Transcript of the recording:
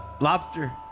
Lobster